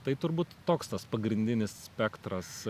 tai turbūt toks tas pagrindinis spektras